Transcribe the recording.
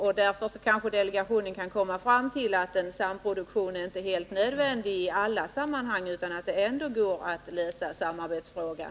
Delegationen kanske därför kan komma fram till att en samproduktion inte är helt nödvändig i alla sammanhang, utan att det ändå går att lösa samarbetsfrågan.